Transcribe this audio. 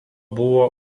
buvo